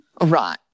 right